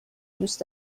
دوست